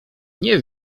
nie